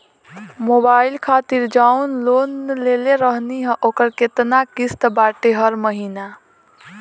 Mobile खातिर जाऊन loan लेले रहनी ह ओकर केतना किश्त बाटे हर महिना?